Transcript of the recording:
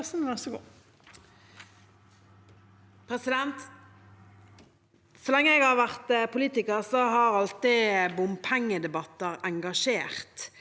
Så lenge jeg har vært politiker, har alltid bompengedebatter engasjert,